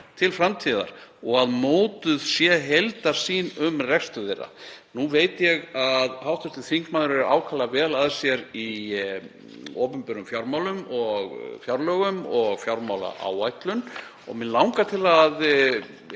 til framtíðar og að mótuð sé heildarsýn um rekstur þeirra.“ Nú veit ég að hv. þingmaður er ákaflega vel að sér í opinberum fjármálum og fjárlögum og fjármálaáætlun og mig langar til að